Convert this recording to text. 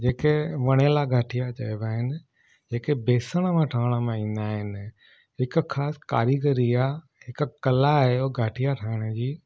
जेके वणेला गाठिया चइबा आहिनि जेके बेसण वठण में ईंदा आहिनि हिकु ख़ासि कारीगरी आ्हे हिकु कला आहे हो गाठिया ठाहिण जी